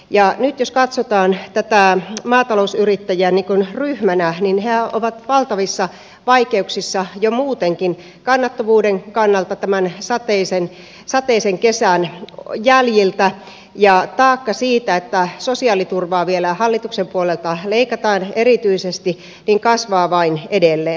ja nyt jos katsotaan maatalousyrittäjiä ryhmänä niin hehän ovat valtavissa vaikeuksissa jo muutenkin kannattavuuden kannalta tämän sateisen kesän jäljiltä ja taakka siitä että sosiaaliturvaa vielä hallituksen puolelta leikataan erityisesti kasvaa vain edelleen